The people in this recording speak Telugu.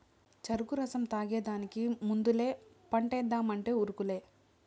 చెరుకు రసం తాగేదానికి ముందలే పంటేద్దామంటే ఉరుకులే